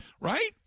right